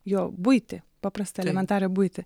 jo buitį paprastą elementarią buitį